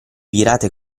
virate